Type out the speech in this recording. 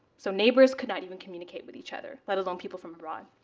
so neighbors could not even communicate with each other, let alone people from abroad.